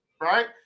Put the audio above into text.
right